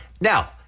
Now